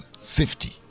safety